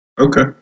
Okay